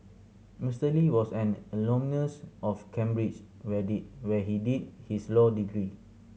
Mister Lee was an alumnus of Cambridge where did where he did his law degree